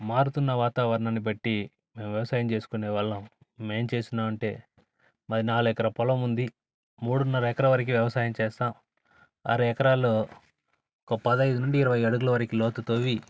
మారుతున్న వాతావరణాన్ని బట్టి వ్యవసాయం చేసుకొనే వాళ్ళం మేం ఏం చేసినామంటే మాది నాలెకరా పొలముంది మూడున్నర ఎకరా వరకి వ్యవసాయం చేస్తాం అరెకరాలో ఒక పదైదు నుండి ఇరవై అడుగుల లోతు తొవ్వి